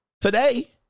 today